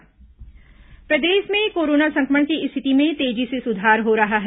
corona समाचार प्रदेश में कोरोना संक्रमण की स्थिति में तेजी से सुधार हो रहा है